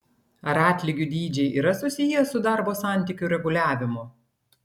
ar atlygių dydžiai yra susiję su darbo santykių reguliavimu